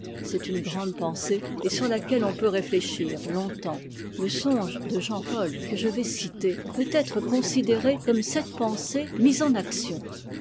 c'est une grande pensée et sur laquelle on peut réfléchir longtemps le songe de jean paul que je vais citer peut être considéré comme cette pensée mise en action